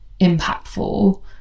impactful